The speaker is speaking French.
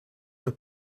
leur